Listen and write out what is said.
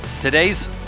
today's